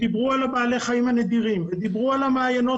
דיברו על בעלי החיים הנדירים ודיברו על המעיינות